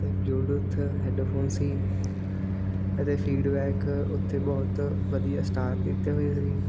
ਅਤੇ Bluetooth headphone ਸੀ ਅਤੇ ਫੀਡਬੈਕ ਉੱਥੇ ਬਹੁਤ ਵਧੀਆ ਸਟਾਰ ਕੀਤੇ ਹੋਏ ਸੀ